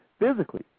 physically